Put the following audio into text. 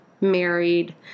married